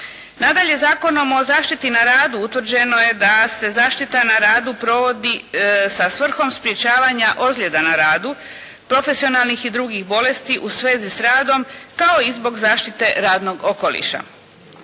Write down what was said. Nadalje, Zakonom o zaštiti na radu utvrđeno je da se zaštita na radu provodi sa svrhom sprječavanja ozljeda na radu profesionalnih i drugih bolesti u svezi s radom, kao i zbog zaštite radnog okoliša.